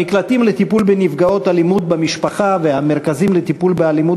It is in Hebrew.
המקלטים לטיפול בנפגעות אלימות במשפחה והמרכזים לטיפול באלימות